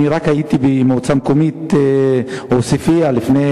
אני הייתי במועצה המקומית עוספיא לפני